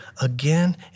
again